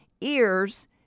ears